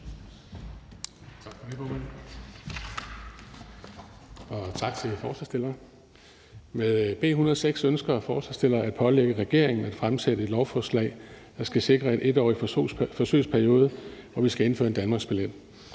Tak for det, formand. Og tak til forslagsstillerne. Med B 106 ønsker forslagsstillerne at pålægge regeringen at fremsætte et lovforslag, der skal sikre en 1-årig forsøgsperiode, hvor vi skal indføre en danmarksbillet.